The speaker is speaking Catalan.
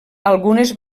algunes